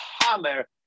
hammer